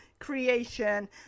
creation